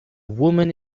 woman